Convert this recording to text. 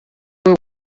were